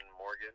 Morgan